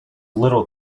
little